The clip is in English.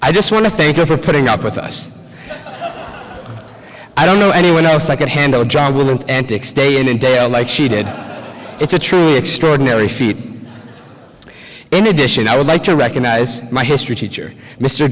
i just want to thank you for putting up with us i don't know anyone else i could handle a job with antics day in and day out like she did it's a truly extraordinary feat in addition i would like to recognize my history teacher mr